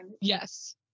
Yes